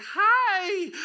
hi